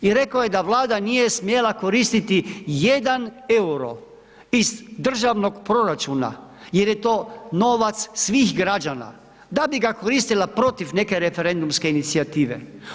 I rekao je da Vlada nije smjela koristiti jedan euro iz državnog proračuna jer je to novac svih građana da bi ga koristila protiv neke referendumske inicijative.